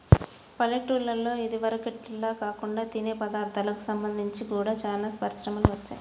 పల్లెటూల్లలో ఇదివరకటిల్లా కాకుండా తినే పదార్ధాలకు సంబంధించి గూడా చానా పరిశ్రమలు వచ్చాయ్